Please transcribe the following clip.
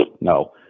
No